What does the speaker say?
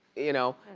you know?